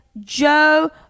joe